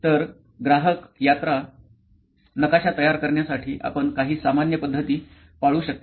तर ग्राहक यात्रा नकाशा तयार करण्यासाठी आपण काही सामान्य पद्धती पाळू शकता